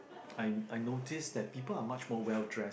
I I notice that people are much more well dress